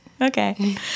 okay